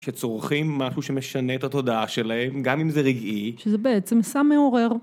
שצורכים משהו שמשנה את התודעה שלהם, גם אם זה רגעי. שזה בעצם סם מעורר.